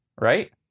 right